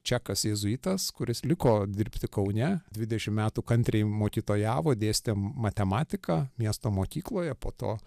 čekas jėzuitas kuris liko dirbti kaune dvidešimt metų kantriai mokytojavo dėstė matematiką miesto mokykloje po to